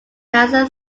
cancer